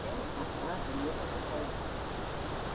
এই নহয় তুমিও ক'ব পাৰিবা